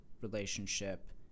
relationship